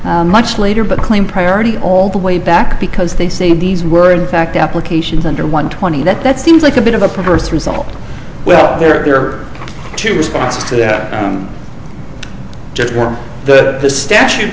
pay much later but claim priority all the way back because they say these were in fact applications under one twenty that that seems like a bit of a perverse result well there are two responses to that just where the statute